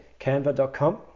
Canva.com